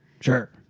sure